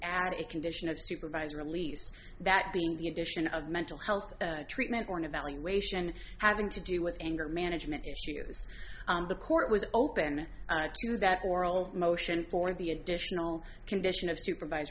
add a condition of supervisor at least that being the condition of mental health treatment or an evaluation having to do with anger management issues the court was open to that oral motion for the additional condition of supervise